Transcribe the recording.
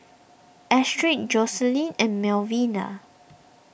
Astrid Jocelyne and Melvina